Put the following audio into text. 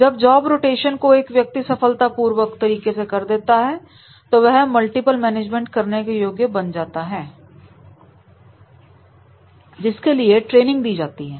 जब job rotation को एक व्यक्ति सफलता पूर्वक तरीके से कर देता है तो वह मल्टीपल मैनेजमेंट करने के योग्य बन जाता है जिसके लिए ट्रेनिंग दी जाती है